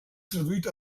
traduït